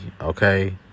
okay